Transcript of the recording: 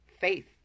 faith